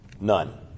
None